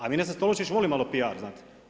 A ministar Tolušić voli malo PR znate?